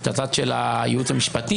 את הצד של הייעוץ המשפטי,